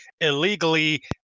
illegally